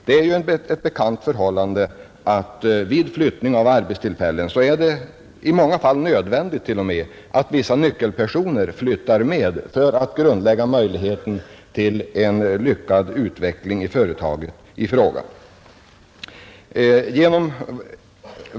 Det är ju ett bekant förhållande att vid flyttning av arbetstillfällen är det i många fall nödvändigt att vissa nyckelpersoner flyttar med för att grundlägga en god utveckling för företaget i fråga.